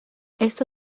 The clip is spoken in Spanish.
esto